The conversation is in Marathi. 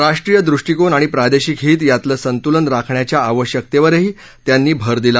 राष्ट्रीय दृष्टीकोन आणि प्रादेशिक हित यातलसिस्केन राखण्याच्या आवश्यकतेवरही त्याप्ती भर दिला